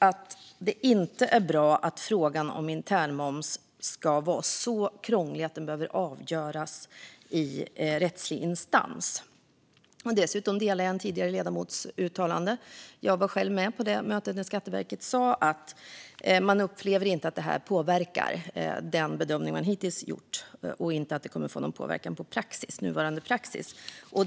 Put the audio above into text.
Det är inte bra att frågan om internmoms ska vara så krånglig att den behöver avgöras i rättslig instans. Dessutom håller jag med en av de tidigare talarna. Jag var själv med på mötet när Skatteverket sa att man upplever att detta inte påverkar den bedömning man hittills gjort och att det inte kommer att få någon påverkan på nuvarande praxis.